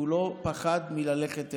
הוא לא פחד ללכת אליה.